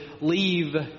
leave